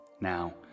Now